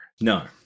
no